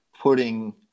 putting